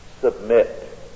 submit